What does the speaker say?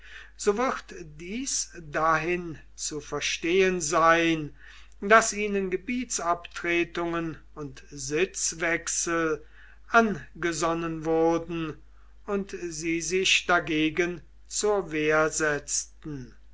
so wird dies dahin zu verstehen sein daß ihnen gebietsabtretungen und sitzwechsel angesonnen wurden und sie sich dagegen zur wehr setzten